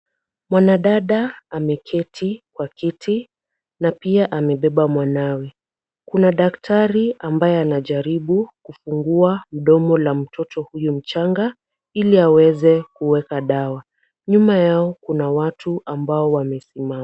Mwanadada ameketi kwa kiti na pia amebeba mwanawe, kuna daktari ambaye anajaribu kufungua mdomo la mtoto huyu mchanga ili aweze kuweka dawa. Nyuma yao kuna watu ambao wamesimama.